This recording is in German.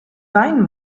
weinen